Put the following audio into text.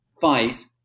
fight